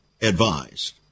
advised